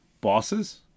bosses